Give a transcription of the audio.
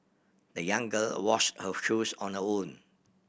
the young girl washed her shoes on her own